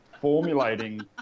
formulating